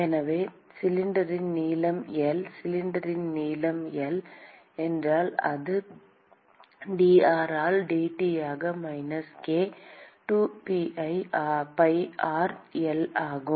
எனவே சிலிண்டரின் நீளம் L சிலிண்டரின் நீளம் L என்றால் அது dr ஆல் dT ஆக minus k 2pi r L ஆகும்